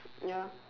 ya